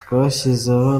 twashyizeho